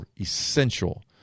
essential